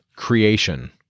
creation